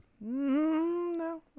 No